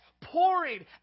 pouring